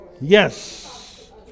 Yes